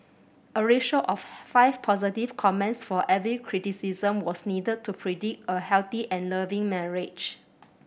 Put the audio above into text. a ratio of five positive comments for every criticism was needed to predict a healthy and loving marriage